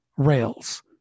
Rails